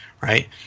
right